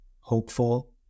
hopeful